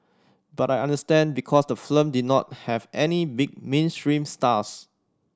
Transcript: but I understand because the did not have any big mainstream stars